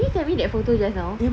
can you send me the photo just now